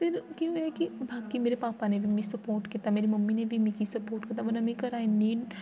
फेर केह् होएया कि बाकी मेरे पापा न बी मिगी सपोर्ट कीता मेरी मम्मी ने बी मिगी सपोर्ट कीता वरना में घरा इन्नी